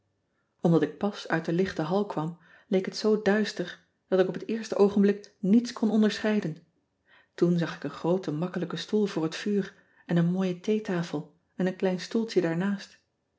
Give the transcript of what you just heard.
mdat ik pas uit de lichte hall kwam leek het zoo duister dat ik op het eerste oogenblik niets kon onderscheiden oen zag ik een groote makkelijke stoel voor het vuur en een mooie theetafel en een klein stoeltje daarnaast